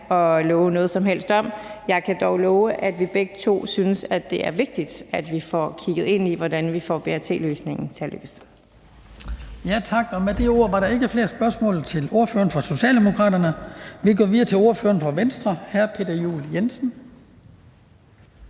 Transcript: og love noget som helst om. Jeg kan dog love, at vi begge to synes, det er vigtigt, at vi får kigget ind i, hvordan vi får BRT-løsningen til at lykkes. Kl. 18:11 Den fg. formand (Hans Kristian Skibby): Tak. Med de ord var der ikke er flere spørgsmål til ordføreren for Socialdemokraterne. Vi går videre til ordføreren fra Venstre, hr. Peter Juel-Jensen.